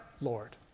Lord